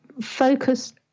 focus